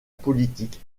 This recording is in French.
politique